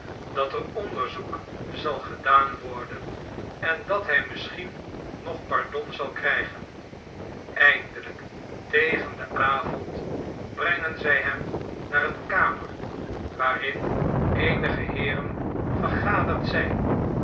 dat er onderzoek zal gedaan worden en dat hij misschien nog pardon zal krijgen eindelijk tegen den avond brengen zij hem naar eenekamer waarin eenige heeren vergaderd zijn